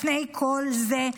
לפני כל זה,